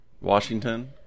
washington